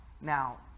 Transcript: Now